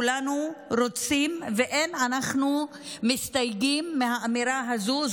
כולנו רוצים, ואין אנחנו מסתייגים מהאמירה הזו.